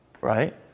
Right